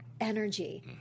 energy